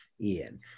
ian